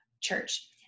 church